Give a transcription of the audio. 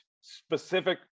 specific